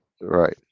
Right